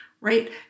right